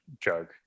joke